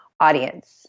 audience